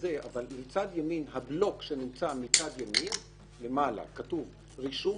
רואים שבבלוק שנמצא מצד ימין למעלה כתוב: "רישום